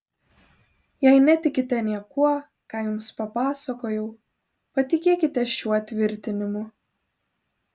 jei netikite niekuo ką jums papasakojau patikėkite šiuo tvirtinimu